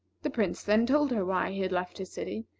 the prince then told her why he had left his city,